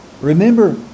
remember